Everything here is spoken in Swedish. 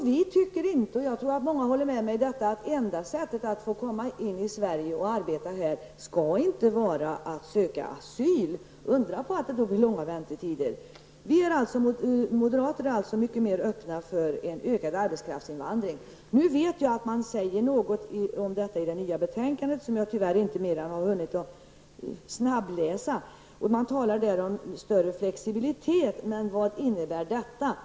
Vi tycker inte -- jag tror att många håller med mig -- att det ända sättet att få komma till Sverige och arbeta skall vara att söka asyl. Undra på att det blir långa väntetider. Moderaterna är alltså mycket mera öppna för ökad arbetskraftsinvandring. Nu vet jag att detta berörs i det nya betänkandet som jag tyvärr endast hunnit snabbläsa. Man talar där om större flexibilitet, men vad innebär det?